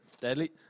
Deadly